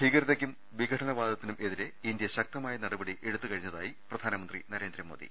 ഭീകരതയ്ക്കും വിഘടനവാദത്തിനും എതിരെ ഇന്തൃ ശക്തമായ നടപടി എടുത്തു കഴിഞ്ഞതായി പ്രധാനമന്ത്രി നരേന്ദ്രമോദി